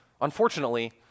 unfortunately